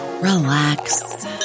relax